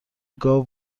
گاو